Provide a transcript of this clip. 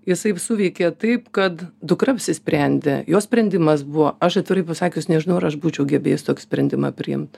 jisai suveikė taip kad dukra apsisprendė jos sprendimas buvo aš atvirai pasakius nežinau ar aš būčiau gebėjus tokį sprendimą priimt